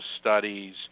studies